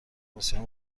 بسیار